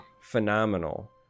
phenomenal